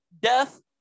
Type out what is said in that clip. death